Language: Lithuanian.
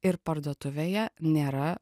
ir parduotuvėje nėra